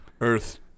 earth